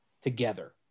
together